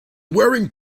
wearing